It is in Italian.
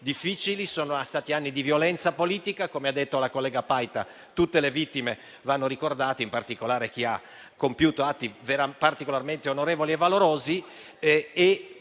difficili e di violenza politica; come ha detto la collega Paita, tutte le vittime vanno ricordate, in particolare chi ha compiuto atti particolarmente onorevoli e valorosi.